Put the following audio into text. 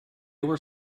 were